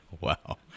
Wow